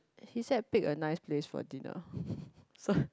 he said pick a nice place for dinner so